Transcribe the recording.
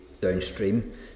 downstream